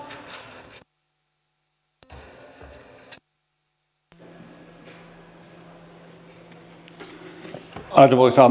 arvoisa puhemies